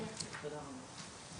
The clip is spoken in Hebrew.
שלום לכולם,